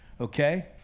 okay